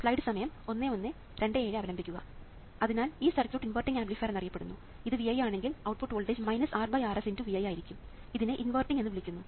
അതിനാൽ ഈ circuit inverting amplifier എന്നറിയപ്പെടുന്നു ഇത് Vi ആണെങ്കിൽ ഔട്ട്പുട്ട് വോൾട്ടേജ് RRs ×Vi ആയിരിക്കും ഇതിനെ ഇൻവെർട്ടിംഗ് എന്ന് വിളിക്കുന്നു